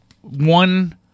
one